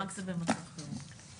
זה מה שהיה גם מקודם,